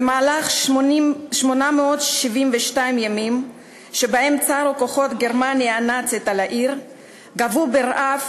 במהלך 872 הימים שבהם צרו כוחות גרמניה הנאצית על העיר גוועו ברעב